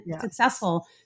successful